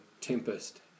tempest